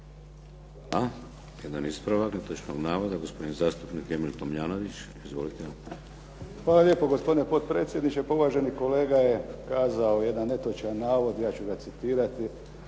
Hvala lijepo, gospodine potpredsjedniče. Uvaženi kolega je kazao jedan netočan navod, ja ću ga citirati,